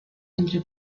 entre